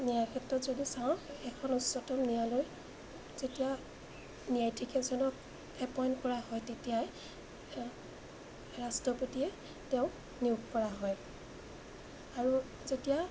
ন্যায় ক্ষেত্ৰত যদি চাওঁ এখন উচ্চতম ন্যায়ালয় যেতিয়া ন্যায়াধীশ এজনক এপইণ্ট কৰা হয় তেতিয়াই ৰাষ্ট্ৰপতিয়ে তেওঁক নিয়োগ কৰা হয় আৰু যেতিয়া